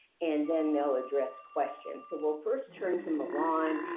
and then they'll address questions. so we'll first turn to milan.